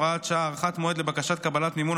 (הוראת שעה) (הארכת מועד לבקשת קבלת מימון),